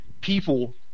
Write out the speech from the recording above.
people